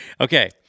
Okay